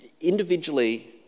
Individually